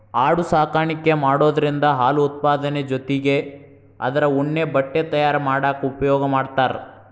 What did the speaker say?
ಆಡು ಸಾಕಾಣಿಕೆ ಮಾಡೋದ್ರಿಂದ ಹಾಲು ಉತ್ಪಾದನೆ ಜೊತಿಗೆ ಅದ್ರ ಉಣ್ಣೆ ಬಟ್ಟೆ ತಯಾರ್ ಮಾಡಾಕ ಉಪಯೋಗ ಮಾಡ್ತಾರ